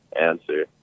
answer